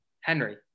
Henry